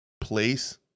place